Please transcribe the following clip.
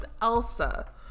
Elsa